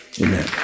Amen